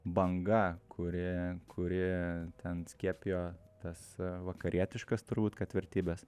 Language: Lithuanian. banga kuri kuri ten skiepijo tas vakarietiškas turbūt kad vertybes